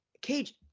Cage